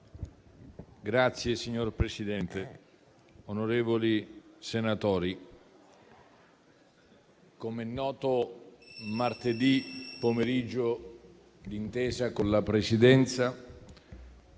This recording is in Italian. mare*. Signor Presidente, onorevoli senatori, com'è noto, martedì pomeriggio, d'intesa con la Presidenza